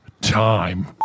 time